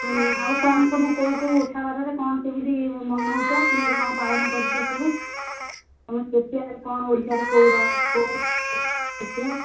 ଉଁ ଆଉ କ'ଣ କ'ଣ ସବୁ କୋଉ କୋଉ ଓଷା ବାରରେ କ'ଣ କେମିତି ମନଉଛ କେମିତି କ'ଣ ପାଳନ କରୁଛ ସବୁ ତୁମେ ସ୍ପେସିଆଲ୍ କ'ଣ ଓଡ଼ିଶାରେ କୋଉ ର କୋଉ ସ୍ପେସିଆଲ୍